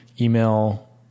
email